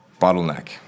bottleneck